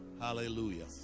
hallelujah